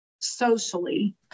socially